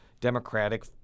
Democratic